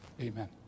Amen